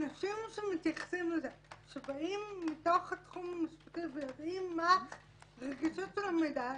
אלה אנשים שמגיעים מהתחום המשפטי ויודעים מה הרגישות של המידע הזה.